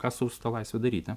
ką su ta laisve daryti